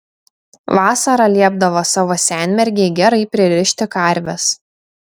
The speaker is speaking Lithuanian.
vasarą liepdavo savo senmergei gerai pririšti karves